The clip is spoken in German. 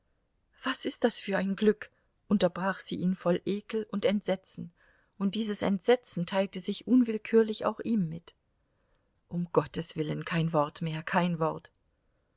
was ist das für ein glück unterbrach sie ihn voll ekel und entsetzen und dieses entsetzen teilte sich unwillkürlich auch ihm mit um gottes willen kein wort mehr kein wort